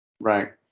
right